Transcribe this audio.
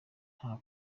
nta